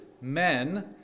men